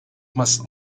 must